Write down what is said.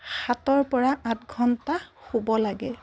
সাতৰ পৰা আঠ ঘণ্টা শুব লাগে